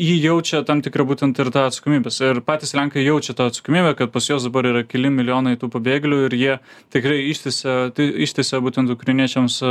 ji jaučia tam tikrą būtent ir tą atsakomybės ir patys lenkai jaučia tą atsakomybę kad pas juos dabar yra keli milijonai tų pabėgėlių ir jie tikrai ištiesė tai ištiesė būtent ukrainiečiams